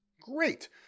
great